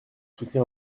soutenir